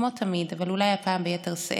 כמו תמיד אבל אולי הפעם ביתר שאת,